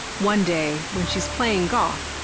one day, when she's playing golf,